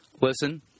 Listen